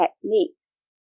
techniques